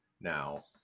now